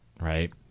right –